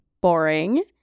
boring